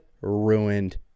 ruined